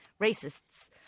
racists